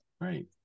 right